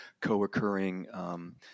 co-occurring